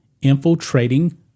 infiltrating